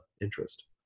interest